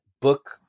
book